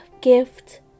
gift